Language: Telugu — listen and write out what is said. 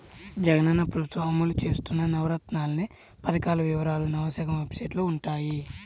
జగనన్న ప్రభుత్వం అమలు చేత్తన్న నవరత్నాలనే పథకాల వివరాలు నవశకం వెబ్సైట్లో వుంటయ్యి